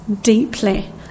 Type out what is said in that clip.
deeply